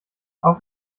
auch